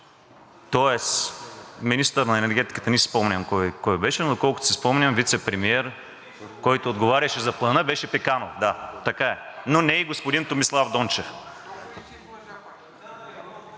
Министър на енергетиката не си спомням кой беше, но доколкото си спомням, вицепремиер, който отговаряше за Плана, беше Пеканов. Да, така е, но не и господин Томислав Дончев.